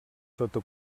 sota